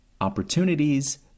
opportunities